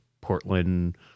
Portland